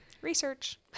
Research